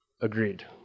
Agreed